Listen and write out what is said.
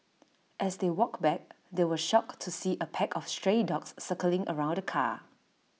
as they walked back they were shocked to see A pack of stray dogs circling around the car